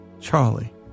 Charlie